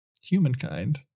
Humankind